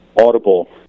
audible